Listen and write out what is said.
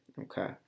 Okay